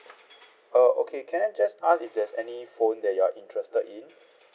err okay can I just ask if there's any phone that you are interested in